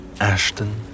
Ashton